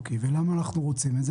ולמה אנחנו רוצים את זה?